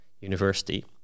university